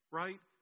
right